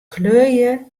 kleurje